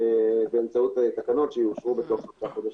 באמצעות תקנות שיאושרו בתוך שלושה חודשים.